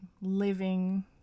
living